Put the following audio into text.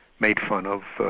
made fun of,